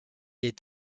est